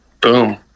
boom